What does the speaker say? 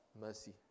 mercy